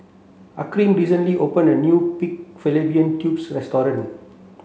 Hakeem recently opened a new pig fallopian tubes restaurant